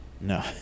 No